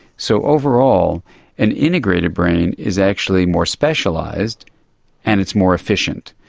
so overall an integrated brain is actually more specialised and it's more efficient.